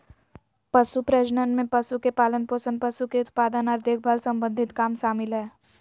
पशु प्रजनन में पशु के पालनपोषण, पशु के उत्पादन आर देखभाल सम्बंधी काम शामिल हय